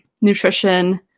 nutrition